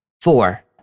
Four